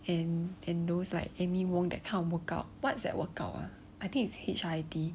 and those like amy wong that kind of workout what's that workout ah I think is H_I_I_T